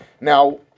Now